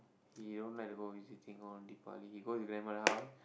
he don't like to go visiting on Deepavali he go to his grandma house